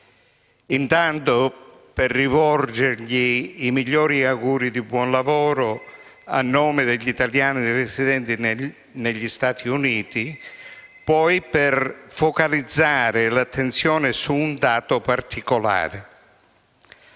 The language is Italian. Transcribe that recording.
intanto, per rivolgergli i migliori auguri di buon lavoro a nome degli italiani residenti negli USA e, poi, per focalizzare l'attenzione su un dato in particolare.